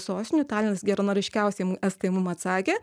sostinių talinas geranoriškiausiai mum estai mum atsakė